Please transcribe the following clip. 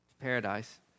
paradise